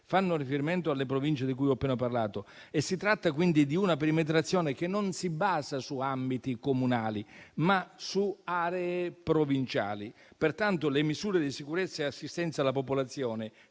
fanno riferimento alle Province di cui ho appena parlato e si tratta quindi di una perimetrazione che non si basa su ambiti comunali, ma su aree provinciali, pertanto le misure di sicurezza e assistenza alla popolazione